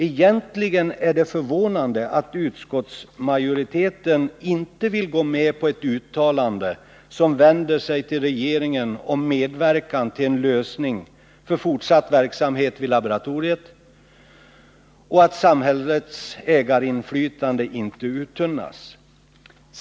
Egentligen är det förvånande att utskottsmajoriteten inte vill gå med på ett uttalande med innebörden att man önskar att regeringen medverkar till en lösning för fortsatt verksamhet vid laboratoriet och för att samhällets ägarinflytande inte får uttömmas.